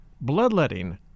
bloodletting